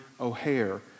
O'Hare